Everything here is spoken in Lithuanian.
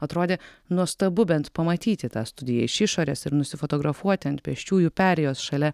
atrodė nuostabu bent pamatyti tą studiją iš išorės ir nusifotografuoti ant pėsčiųjų perėjos šalia